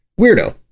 weirdo